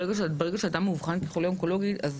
ברגע שאדם מאובחן כחולה אונקולוגי אז